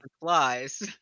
flies